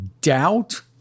doubt